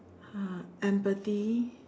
uh empathy